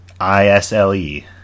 I-S-L-E